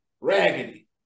raggedy